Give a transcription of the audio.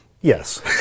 yes